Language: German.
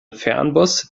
fernbus